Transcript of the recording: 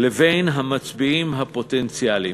לבין המצביעים הפוטנציאליים.